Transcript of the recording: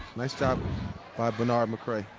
nice job by bernard mccray.